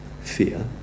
fear